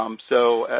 um so,